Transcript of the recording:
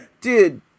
dude